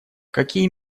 какие